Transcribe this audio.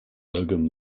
logan